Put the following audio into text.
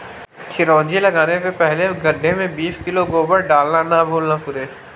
चिरौंजी लगाने से पहले गड्ढे में बीस किलो गोबर डालना ना भूलना सुरेश